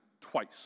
twice